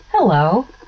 Hello